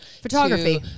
photography